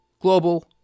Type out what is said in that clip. global